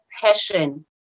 passion